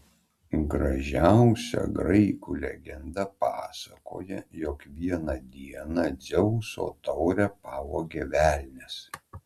gražiausia graikų legenda pasakoja jog vieną dieną dzeuso taurę pavogė velnias